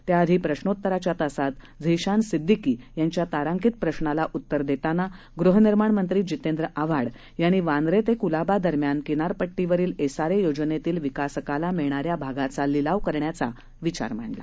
त्याआधी प्रशोत्तराच्या तासात झिशान सिद्दीकी यांच्या तारांकित प्रशाला उत्तर देताना गृहनिर्माण मंत्री जितेंद्र आव्हाड यांनी वांद्रे ते कुलाबा दरम्यान किनारपट्टीवरील एसआरए योजनेतील विकासकाला मिळणाऱ्या भागाचा लीलाव करण्याचा विचार मांडला